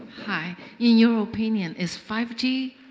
hi. in your opinion, is five g